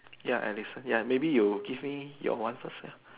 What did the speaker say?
ya Alison ya maybe you give me your one first ya